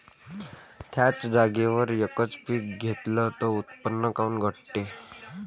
थ्याच जागेवर यकच पीक घेतलं त उत्पन्न काऊन घटते?